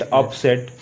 upset